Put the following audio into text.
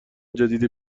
جدید